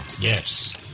Yes